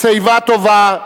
בשיבה טובה,